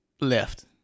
left